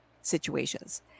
situations